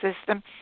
system